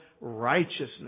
righteousness